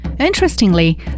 Interestingly